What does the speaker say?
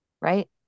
right